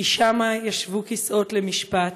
כי שמה ישבו כסאות למשפט